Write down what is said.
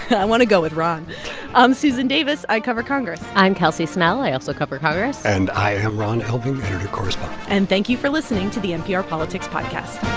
i want to go with ron i'm susan davis. i cover congress i'm kelsey snell. i also cover congress and i am ron elving, editor-correspondent and thank you for listening to the npr politics podcast